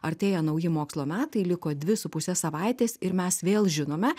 artėja nauji mokslo metai liko dvi su puse savaitės ir mes vėl žinome